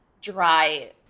Dry